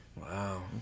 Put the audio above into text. Wow